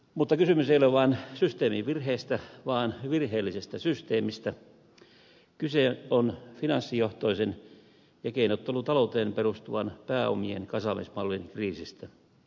mutta kysymys ei ole vain systeemin virheestä vaan virheellisestä systeemistä kyse on finanssijohtoisen ja keinottelutalouteen perustuvan pääomien kasaamismallin kriisistä